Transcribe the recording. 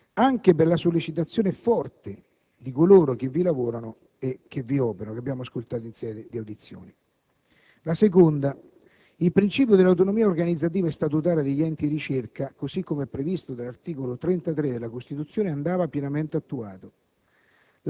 anche per la forte sollecitazione di coloro che vi lavorano e che vi operano, come abbiamo ascoltato durante le audizioni in Commissione. In secondo luogo, il principio dell'autonomia organizzativa e statutaria degli enti di ricerca, così come previsto dall'articolo 33 della Costituzione, andava pienamente attuato.